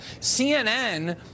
CNN